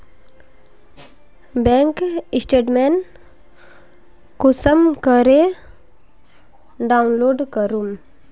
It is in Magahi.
बैंक स्टेटमेंट कुंसम करे डाउनलोड करूम?